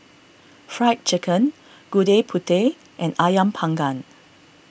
Fried Chicken Gudeg Putih and Ayam Panggang